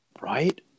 Right